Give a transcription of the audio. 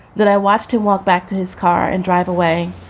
then i watched him walk back to his car and drive away.